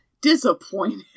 Disappointed